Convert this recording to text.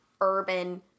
urban